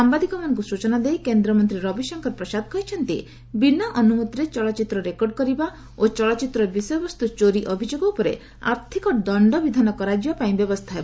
ସାମ୍ଘାଦିକମାନଙ୍କୁ ସୂଚନା ଦେଇ କେନ୍ଦ୍ରମନ୍ତ୍ରୀ ରବିଶଙ୍କର ପ୍ରସାଦ କହିଛନ୍ତି ବିନା ଅନୁମତିରେ ଚଳଚ୍ଚିତ୍ର ରେକର୍ଡ କରିବା ଓ ଚଳଚ୍ଚିତ୍ର ବିଷୟବସ୍ତୁ ଚୋରି ଅଭିଯୋଗ ଉପରେ ଆର୍ଥିକ ଦଣ୍ଡବିଧାନ କରାଯିବା ପାଇଁ ବ୍ୟବସ୍ଥା ହେବ